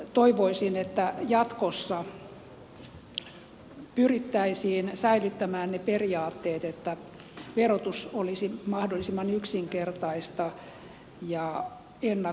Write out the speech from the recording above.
toivoisin että jatkossa pyrittäisiin säilyttämään ne periaatteet että verotus olisi mahdollisimman yksinkertaista ja ennakoitavaa